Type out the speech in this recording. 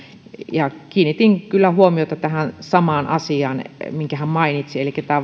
kiinnitin kyllä huomiota tähän samaan asiaan minkä hän mainitsi elikkä